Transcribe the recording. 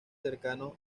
cercanos